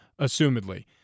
assumedly